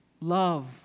Love